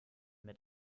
mit